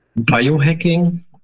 biohacking